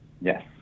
Yes